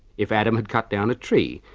if adam had cut down a tree,